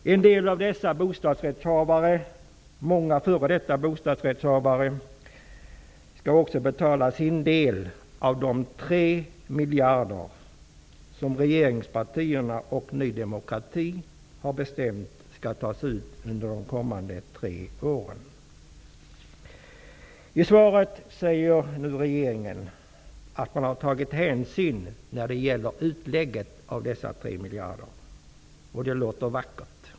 Många av dessa nuvarande och f.d. bostadsrättshavare skall också betala sin del av de 3 miljarder kronor som regeringspartierna och Ny demokrati har bestämt skall tas ut under de kommande tre åren. Statsrådet säger i sitt svar att regeringen har tagit hänsyn när det gäller utlägget av dessa 3 miljarder kronor. Det låter vackert.